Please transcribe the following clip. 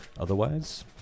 Otherwise